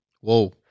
Whoa